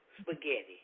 spaghetti